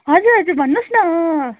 हजुर हजुर भन्नुहोस् न